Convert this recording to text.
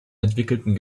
entwickelten